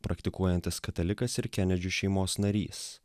praktikuojantis katalikas ir kenedžių šeimos narys